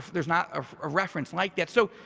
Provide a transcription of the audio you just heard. there's not a ah reference like that. so